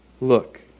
Look